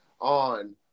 on